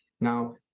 Now